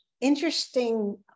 interesting